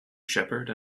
shepherd